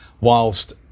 whilst